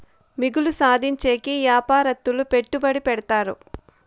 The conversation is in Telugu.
మిగులు సాధించేకి యాపారత్తులు పెట్టుబడి పెడతారు